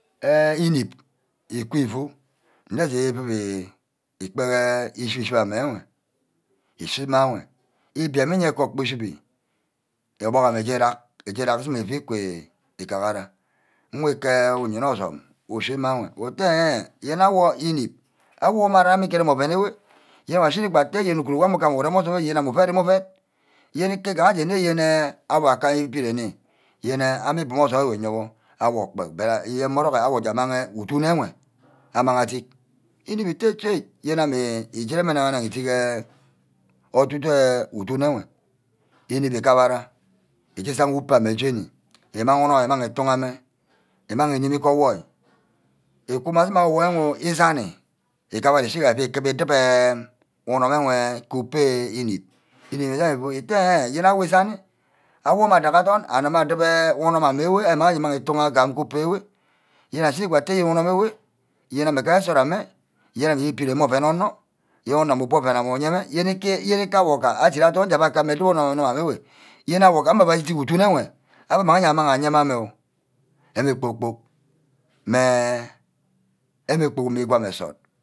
Enh íneb. íku ufu nne ju fu îgkpehe îshibe ama ewe. îshíma enwe ibimene ke okpor íshibe obuck amah íshe rag nna iki gubara nwe ke uyena osume ushina ute enh heh!! yene awor ineb awor mma areke írem ama oven ewe yene awor ashíní gba atte yene uguru wor ama ugam urem osume wor. yene ame uued mu-ved. yene ke gaja yene owor abiren. yene ame íbu mma osume owor uyewor awor kpe morock or awor jamag udunne ewe amang adit íneb ítte choi ame eje nnag-anang udick iche ordu-du udick enwe íneb ugubara uje usaha upeme jeni. îmang unum umang utu-ha mme umag unimi ke owoi îku mma nna owoi ésanni ukubu ushinna je ukuboi ídíp enh onum ewe ke upe íneb. îneb ujagha ufu utte yene awor îsani awor mma aguma adorm adíp unorm wey nnud ke ube ewe. yene awor ashini nne unorm îmme ke nsort ame. yene ami íre-ibere ke oven onor yen onor ama ubu oven ame uyen-nne. yene ke awor gba adit adorn akuba adip unorm amme ewe yene owor mma aje îdit udun ewe abe mme aje amang aje mme ame oh abbe kpor-kpork mme ígwan nsort